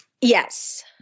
Yes